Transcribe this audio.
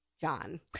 John